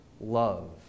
love